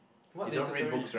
what literary